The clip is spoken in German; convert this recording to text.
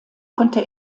konnte